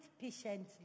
patiently